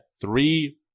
three